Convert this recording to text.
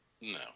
No